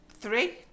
Three